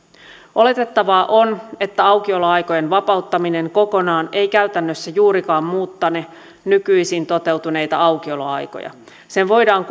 oletettavaa on että aukioloaikojen vapauttaminen kokonaan ei käytännössä juurikaan muuttane nykyisin toteutuneita aukioloaikoja sen voidaan